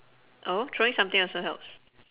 oh throwing something also helps